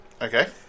Okay